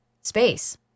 space